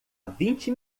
vinte